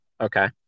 Okay